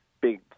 big